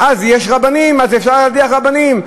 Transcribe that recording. יש רבנים, אז אפשר להדיח רבנים.